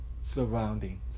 surroundings